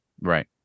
Right